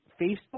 Facebook